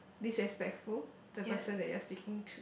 disrespectful the person that you are speaking to